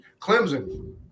Clemson